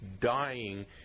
dying